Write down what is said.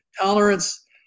tolerance